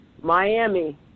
Miami